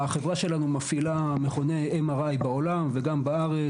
החברה שלנו מפעילה מכוני MRI בעולם וגם בארץ.